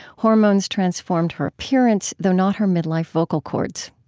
hormones transformed her appearance, though not her mid-life vocal cords.